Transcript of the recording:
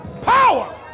Power